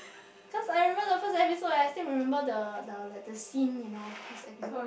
cause I remember the first episode and I still remember the the like the scene you know the first episode